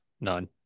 None